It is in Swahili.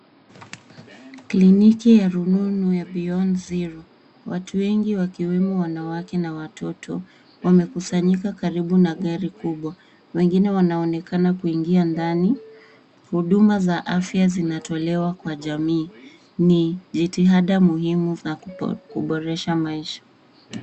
Kliniki ya rununu ya beyond zero . Watu wengi wakiwemo wanawake na watoto, wamekusanyika karibu na gari kubwa. Wengine wanaonekana kuingia ndani. Huduma za afya zinatolewa kwa jamii. Ni jitihada muhimu za kuboresha maisha.